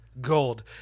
Gold